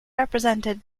represented